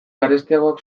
garestiagoak